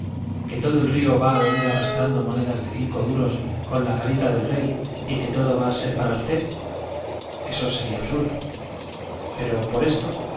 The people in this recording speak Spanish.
que todo el río va a venir arrastrando monedas de cinco duros con la carita del rey y que todo va a ser para usted eso sería absurdo pero por esto